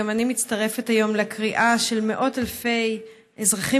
גם אני מצטרפת היום לקריאה של מאות אלפי אזרחים